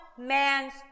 man's